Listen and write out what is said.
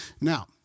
Now